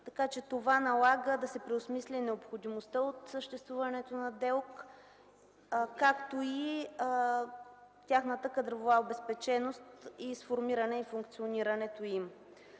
така че това налага да се преосмисли необходимостта от съществуването на ДЕЛК, както и тяхната кадрова обезпеченост, сформирането и функционирането им.